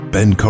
Ben